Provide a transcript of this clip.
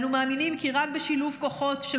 אנו מאמינים כי רק בשילוב כוחות של